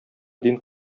дин